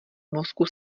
mozku